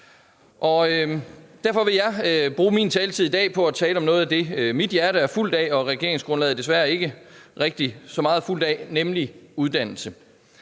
Derfor vil jeg bruge min taletid i dag på at tale om noget af det, som mit hjerte er fuldt af, og som regeringsgrundlaget desværre ikke er så fuldt af, nemlig uddannelse.